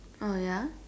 oh ya